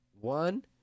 One